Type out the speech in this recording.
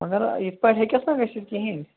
مگر یِتھٕ پٲٹھۍ ہیٚکیٚس نا گٔژھِتھ کِہیٖنٛۍ